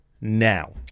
now